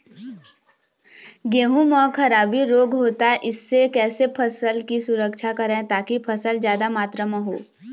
गेहूं म खराबी रोग होता इससे कैसे फसल की सुरक्षा करें ताकि फसल जादा मात्रा म हो?